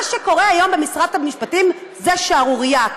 מה שקורה היום במשרד המשפטים זה שערורייה,